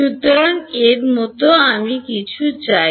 সুতরাং এর মতো কিছু আমি চাই